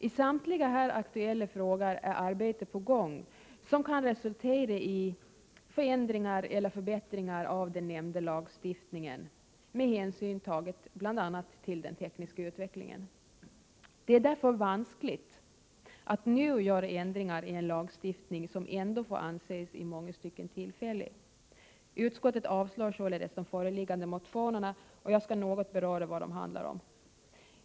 I samtliga här aktuella frågor är arbete på gång som kan förväntas att, med hänsyn till den tekniska utvecklingen bl.a., förändra eller förbättra den nämnda lagstiftningen. Det är därför vanskligt att nu göra ändringar i en lagstiftning som ändå får anses i många stycken tillfällig. Utskottet avslår således de föreliggande motionerna. Jag skall något beröra vad de handlar om.